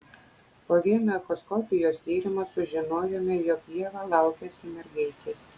po vieno echoskopijos tyrimo sužinojome jog ieva laukiasi mergaitės